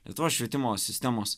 lietuvos švietimo sistemos